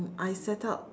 I set up